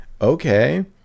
Okay